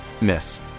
Miss